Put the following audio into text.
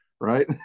right